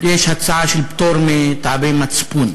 יש הצעה של פטור מטעמי מצפון.